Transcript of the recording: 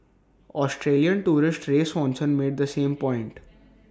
Australian tourist ray Swanson made the same point